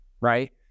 right